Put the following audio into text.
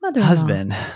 Husband